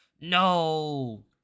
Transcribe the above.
No